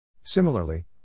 Similarly